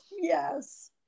Yes